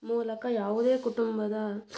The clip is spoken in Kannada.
ಮೂಲಕ ಯಾವುದೇ ಕುಟುಂಬದ